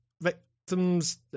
victims